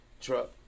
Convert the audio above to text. truck